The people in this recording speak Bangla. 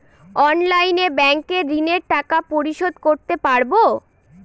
অনলাইনে ব্যাংকের ঋণের টাকা পরিশোধ করতে পারবো?